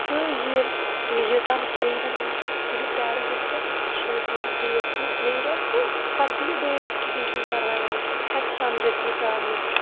تہٕ یِم یوتامَتھ بیٚیہِ وۄنۍ یِم تُلِو پِیارو یَتھ ریٚتَس شُرۍ دِین فیٖس ویٖس بیٚیہِ رٮ۪تہٕ تہٕ پَتہٕ دِیو بیٚیہِ رٮ۪تہٕ کِہینۍ چھُنہٕ پَرواے ونکیہ بہٕ ہیٚکہٕ سمجِتھ یہِ پرابلِم